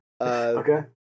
Okay